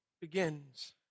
begins